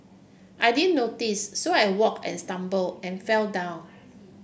I didn't notice so I walked and stumbled and fell down